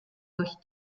durch